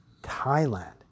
Thailand